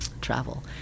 travel